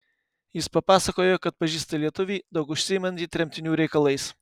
jis papasakojo kad pažįsta lietuvį daug užsiimantį tremtinių reikalais